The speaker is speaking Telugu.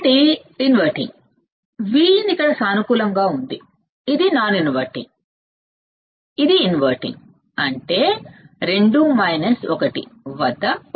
కాబట్టి ఇన్వర్టింగ్ Vin ఇక్కడ సానుకూలంగా ఉంది ఇది నాన్ ఇన్వర్టింగ్ ఇది ఇన్వర్టింగ్ అంటే 2 1 1